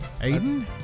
Aiden